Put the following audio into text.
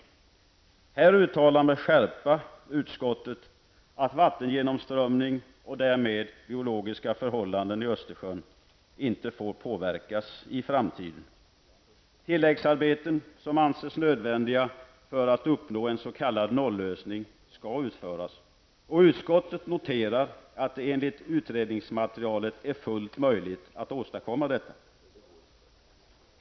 Utskottet uttalar med skärpa att vattengenomströmning och därmed biologiska förhållanden i Östersjön inte får påverkas i framtiden. Tilläggsarbeten som anses nödvändiga för att uppnå en s.k. noll-lösning skall utföras. Och utskottet noterar att det enligt utredningsmaterialet är fullt möjligt att åstadkomma detta.